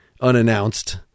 unannounced